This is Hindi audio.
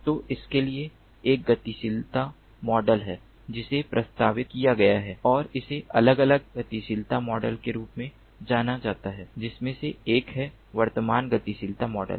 तो इसके लिए एक गतिशीलता मॉडल है जिसे प्रस्तावित किया गया है और इसे अलग अलग गतिशीलता मॉडल के रूप में जाना जाता है जिसमें से एक है वर्तमान गतिशीलता मॉडल